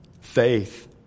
Faith